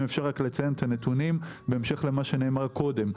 אם אפשר רק לציין את הנתונים: בהמשך למה שנאמר קודם,